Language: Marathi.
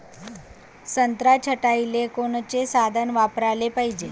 संत्रा छटाईले कोनचे साधन वापराले पाहिजे?